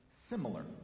similar